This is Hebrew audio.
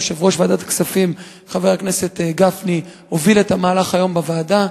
יושב-ראש ועדת הכספים חבר הכנסת גפני הוביל את המהלך היום בוועדה.